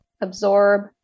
absorb